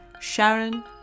Sharon